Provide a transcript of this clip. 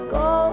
go